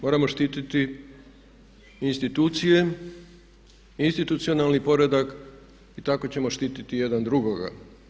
Moramo štititi institucije, institucionalni poredak i tako ćemo štititi jedan drugoga.